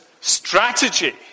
strategy